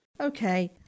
Okay